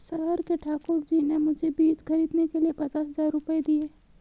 शहर के ठाकुर जी ने मुझे बीज खरीदने के लिए पचास हज़ार रूपये दिए